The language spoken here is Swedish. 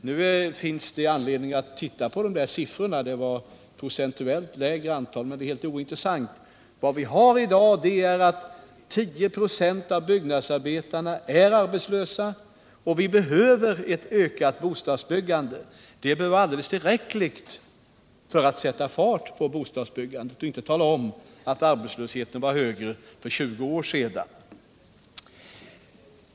Nu finns det visserligen också anledning att se närmare på de där siffrorna — det var ett procentuellt lägre antal då — men det är ganska ointressant. I dag är 10 96 av byggnadsarbetarna arbetslösa, och vi behöver ett ökat bostadsbyggande. Detta bör vara alldeles tillräckligt för att motivera att vi sätter fart på bostadsbyggandet i stället för att tala om att arbetslösheten var högre för 20 år sedan.